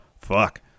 Fuck